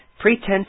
pretense